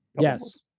yes